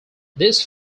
these